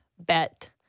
bet